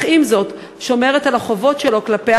אך עם זאת שומרת על החובות שלו כלפיה,